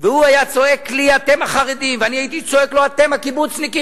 והוא היה צועק לי "אתם החרדים" ואני הייתי צועק לו "אתם הקיבוצניקים",